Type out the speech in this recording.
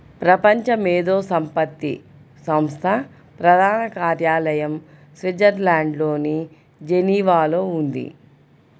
ప్రపంచ మేధో సంపత్తి సంస్థ ప్రధాన కార్యాలయం స్విట్జర్లాండ్లోని జెనీవాలో ఉంది